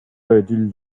ödül